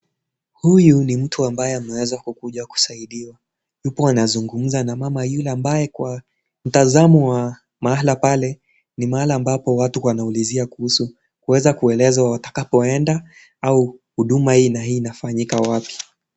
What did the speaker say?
Huyu ni mtu ambaye ameweza kukuja kusaidiwa, yupo anazungumza na mama yule ambaye kwa mtazamo wa mahala pale ni mahala ambapo watu wanaulizia kuhusu kuweza kueleza watakapoenda au huduma hii na hii inafanyika wapi.